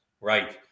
right